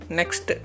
next